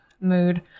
Mood